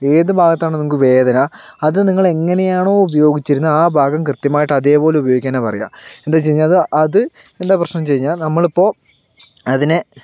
ഏതു ഭാഗത്താണോ നിങ്ങൾക്ക് വേദന അത് നിങ്ങള് എങ്ങനെയാണോ ഉപയോഗിച്ചിരുന്നത് ആ ഭാഗം കൃത്യമായിട്ട് അതേ പോലെ ഉപയോഗിക്കാനാ പറയുക എന്താണെന്ന് വെച്ച് കഴിഞ്ഞാല് അത് അത് എന്താ പ്രശ്നമെന്നു വെച്ച് കഴിഞ്ഞാൽ നമ്മളിപ്പോൾ അതിനെ